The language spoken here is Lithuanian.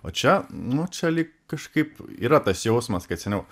o čia nu čia lyg kažkaip yra tas jausmas kad seniau